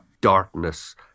darkness